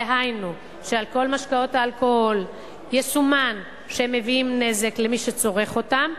דהיינו שעל כל משקאות האלכוהול יסומן שהם מביאים נזק למי שצורך אותם,